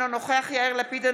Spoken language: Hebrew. אינו נוכח יאיר לפיד,